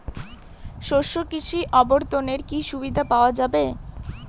শস্য কৃষি অবর্তনে কি সুবিধা পাওয়া যাবে?